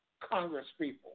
congresspeople